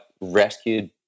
rescued